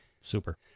Super